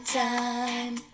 time